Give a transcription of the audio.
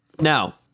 Now